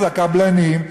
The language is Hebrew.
מי שמרבה במחיר זה הקבלנים,